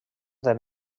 dels